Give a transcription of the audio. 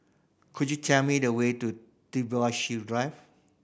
could you tell me the way to Drive